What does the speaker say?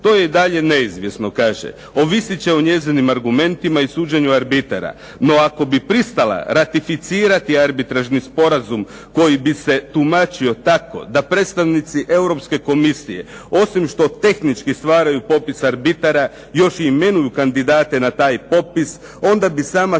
to je i dalje neizvjesno, kaže. Ovisit će o njezinim argumentima i suđenju arbitara. No ako bi pristala ratificirati arbitražni sporazum koji bi se tumačio tako da predstavnici Europske Komisije, osim što tehnički stvaraju popis arbitara još imenuju kandidate na taj popis, onda bi sama sebe